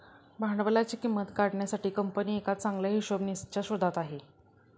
भांडवलाची किंमत काढण्यासाठी कंपनी एका चांगल्या हिशोबनीसच्या शोधात आहे